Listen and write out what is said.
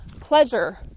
pleasure